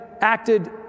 acted